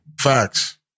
Facts